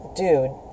dude